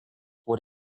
what